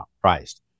priced